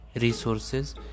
resources